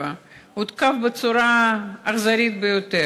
חבר הכנסת חזן, קראתי אותך לסדר כבר.